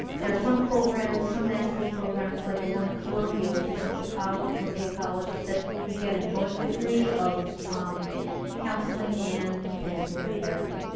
there are some programs, some masters programs, like the one at columbia, which is and chicago columbia college, that you get a joint degree of counseling and dance movement therapy